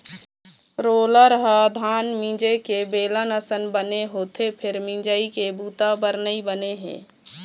roller ह धान मिंजे के बेलन असन बने होथे फेर मिंजई के बूता बर नइ बने हे